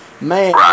Man